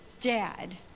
dad